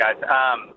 guys